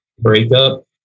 breakup